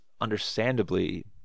understandably